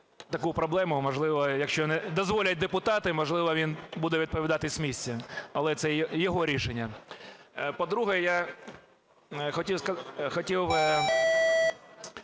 таку проблему. Можливо, якщо дозволять депутати, можливо, він буде доповідати з місця. Але це його рішення. По-друге, я хотів